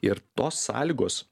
ir tos sąlygos